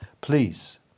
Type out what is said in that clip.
Please